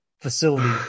facility